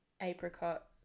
apricot